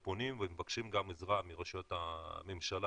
והם פונים ומבקשים גם מרשויות הממשלה